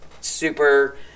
super